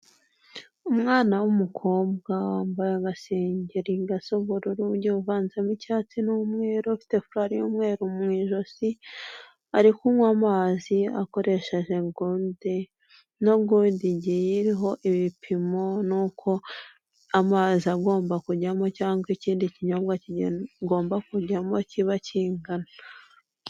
Umwana w'umukobwa wambaye agasengeri gasa ubururu uvanzemo icyatsi n'umweru ufite furari y'umweru mu ijosi, ari kunywa amazi akoresheje gorudi. Ino gorudi igiye iriho ibipimo n'uko amazi agomba kujyamo cyangwa ikindi kinyobwa kigomba kujyamo kiba kingana.